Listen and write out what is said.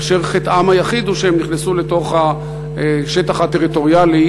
כאשר חטאם היחיד הוא שהם נכנסו לשטח הטריטוריאלי